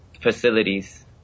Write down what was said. facilities